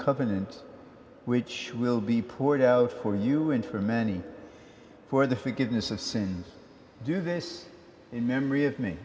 covenant which will be poured out for you and for many for the forgiveness of sins do this in memory of me